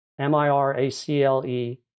M-I-R-A-C-L-E